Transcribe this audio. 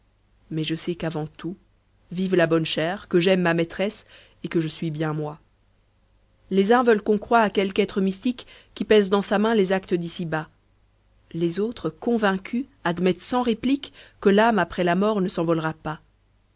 mais je sais qu'avant tout vive la bonne chère que j aime ma maîtresse et que je suis bien moi les uns veulent qu'on croie à quelque être mystique qui pèse dans sa main les actes d'ici-bas les autres convaincus admettent sans réplique que l'âme après la mort ne s'envolera pas